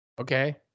okay